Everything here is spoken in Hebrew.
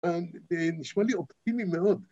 ‫זה נשמע לי אופטימי מאוד.